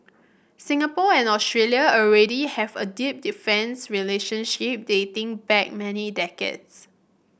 Singapore and Australia already have a deep defence relationship dating back many decades